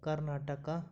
Karnataka